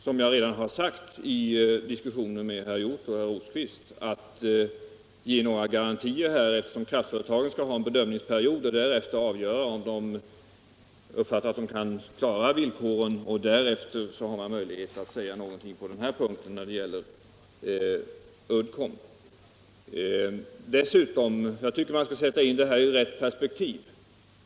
Som jag redan har sagt i diskussionen med herr Hjorth och herr Rosqvist finns det inga möjligheter att här lämna några garantier — kraftföretagen skall ha en bedömningsperiod och därefter avgöra om de kan uppfylla villkoren. Först därefter har man möjlighet att säga någonting när det gäller Uddcomb. Jag tycker man skall sätta in den här frågan i rätt perspektiv.